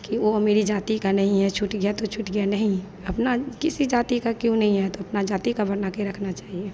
कि वह मेरी जाति का नहीं है छूट गया तो छूट गया नहीं अपनी किसी जाति का क्यों नहीं है तो अपनी जाति का बनाकर रखना चाहिए